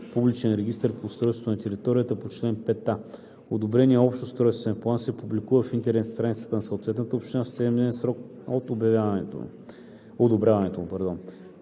публичен регистър по устройство на територията по чл. 5а. Одобреният общ устройствен план се публикува в интернет страницата на съответната община в 7-дневен срок от одобряването му.“